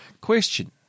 Question